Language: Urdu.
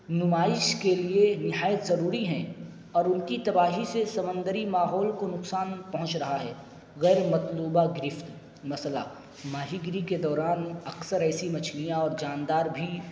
نمائش کے لیے نہایت ضروری ہیں اور ان کی تباہی سے سمندری ماحول کو نقصان پہنچ رہا ہے غیر مطلوبہ گرفت مثلا ماہی گیری کے دوران اکثر ایسی مچھلیاں اور جاندار بھی